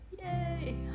Yay